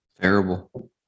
Terrible